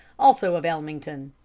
also of ellmington.